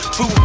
Two